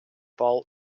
bal